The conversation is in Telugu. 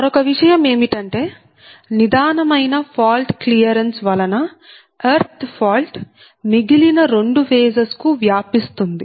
మరొక విషయం ఏమిటంటే నిదానమైన ఫాల్ట్ క్లియరెన్స్ వలన ఎర్త్ ఫాల్ట్ మిగిలిన రెండు ఫేజెస్ కు వ్యాపిస్తుంది